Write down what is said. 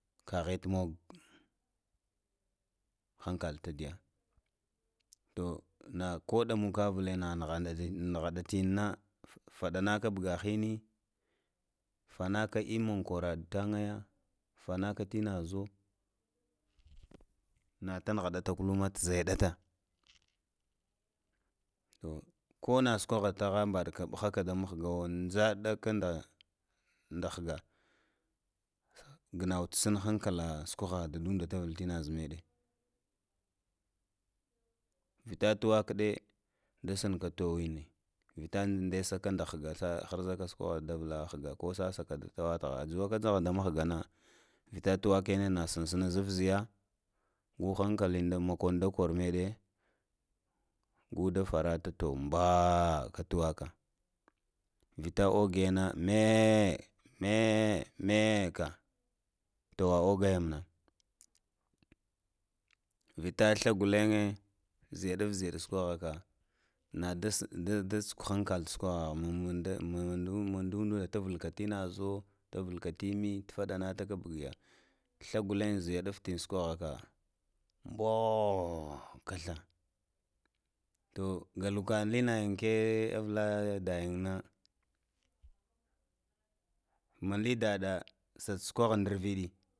Ka he tu mogo, hankal ta diya, do nako ɗa muka ville na na haɗatin-na faɗanaka buga hini, fana ka min koraɗa tamga fanaka inazo, nata nuhatana ta zeɗata, ko na sukwa hata ɓa ɓaɗa ɓahata da muhgawo ntsaɗa ka ɗa hga, gənta san hankala squa haka guɗa tavil inaza meɗe hda tuwakaɗe da snka towu ni, vita nesaka nda nga. La hrzaga su da su kwaha davla hga ko susukwa nda tuwa sha, njuwaka da muhga na vita thwa ke stsna zunshiya, ko han kalini nda mokon kor mede gutatara mede, towo mba a ka tuwa ka vita igena me me me me ka tuwa oge na, vita sla gulen zə ga nutzəiya da squaha nda suqhən nda sqhankal nda saquahaka ma nduna tavika ina zho ta vika imi ta fdana taka buwo sla gulen chiya dittin squa haka mbow mbow ka sla, to galhkahn ndi nagin ke avla dagin na mathli daɗa sasukwa həli nduvvɗi